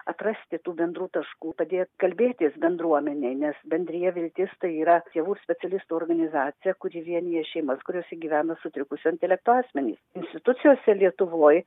atrasti tų bendrų taškų padėt kalbėtis bendruomeninei nes bendrija viltis tai yra tėvų specialistų organizacija kuri vienija šeimas kuriose gyvena sutrikusio intelekto asmenys institucijose lietuvoj